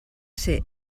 ser